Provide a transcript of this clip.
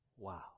wow